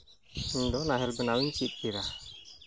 ᱤᱧᱫᱚ ᱱᱟᱦᱮᱞ ᱵᱮᱱᱟᱣ ᱤᱧ ᱪᱮᱫ ᱠᱮᱫᱟ